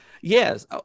yes